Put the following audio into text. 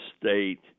State